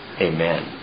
Amen